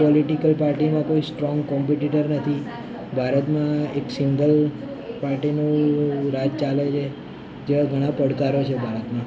political પાર્ટીમાં કોઈ strong competitor નથી ભારતમાં એક સિંગલ પાર્ટીનું રાજ ચાલે છે જેવા ઘણા પડકારો છે ભારતમાં